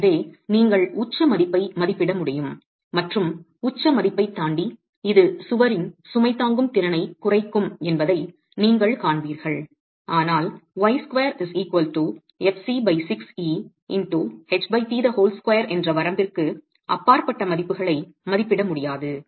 எனவே நீங்கள் உச்ச மதிப்பை மதிப்பிட முடியும் மற்றும் உச்ச மதிப்பைத் தாண்டி இது சுவரின் சுமை தாங்கும் திறனைக் குறைக்கும் என்பதை நீங்கள் காண்பீர்கள் ஆனால் என்ற வரம்பிற்கு அப்பாற்பட்ட மதிப்புகளை மதிப்பிட முடியாது